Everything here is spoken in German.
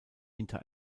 hinter